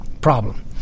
problem